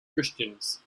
christians